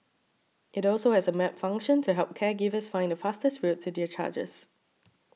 it also has a map function to help caregivers find the fastest route to their charges